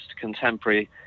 contemporary